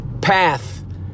Path